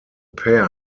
pair